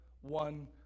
one